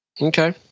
Okay